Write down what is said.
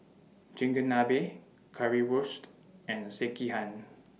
Chigenabe Currywurst and Sekihan